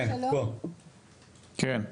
כן.